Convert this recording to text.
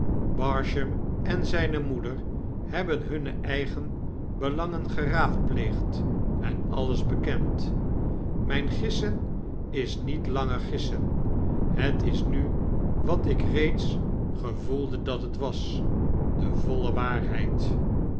barsham en zyne moeder hebben hunne eigene belangen geraadpleegd en alles bekend myn gissen is niet langer gissen het is nu wat ik reeds gevoelde dat het was de voile waarheid